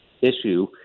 issue